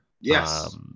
Yes